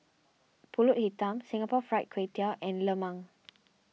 Pulut Hitam Singapore Fried Kway Tiao and Lemang